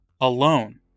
alone